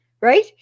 Right